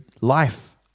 life